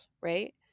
right